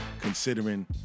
considering